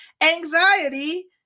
anxiety